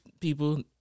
people